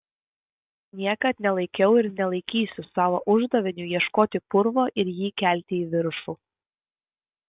niekad nelaikiau ir nelaikysiu savo uždaviniu ieškoti purvo ir jį kelti į viršų